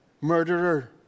murderer